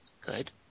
Good